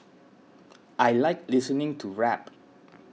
I like listening to rap